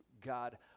God